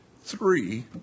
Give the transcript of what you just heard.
three